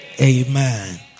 Amen